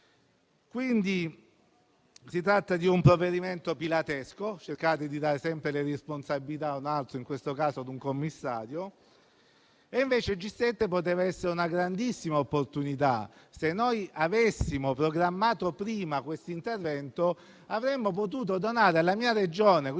quindi di un provvedimento pilatesco: cercate di dare sempre le responsabilità a un altro - in questo caso a un commissario - e invece il G7 poteva essere una grandissima opportunità. Se avessimo programmato prima questo intervento, avremmo potuto fare un dono alla mia Regione.